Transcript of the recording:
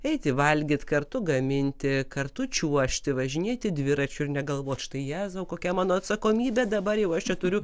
eiti valgyt kartu gaminti kartu čiuožti važinėti dviračiu ir negalvot štai jėzau kokia mano atsakomybė dabar jau aš čia turiu